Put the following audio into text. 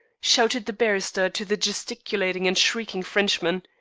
shouted the barrister to the gesticulating and shrieking frenchman.